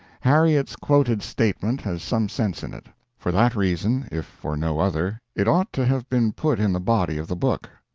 harriet's quoted statement has some sense in it for that reason, if for no other, it ought to have been put in the body of the book.